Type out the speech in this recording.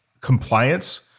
compliance